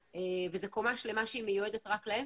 וזה קומה שלמה שהיא מיועדת רק להם,